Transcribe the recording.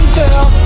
girl